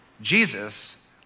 Jesus